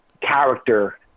character